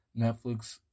Netflix